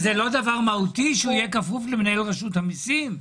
זה לא דבר מהותי שהוא יהיה כפוף למנהל רשות המיסים?